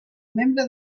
membre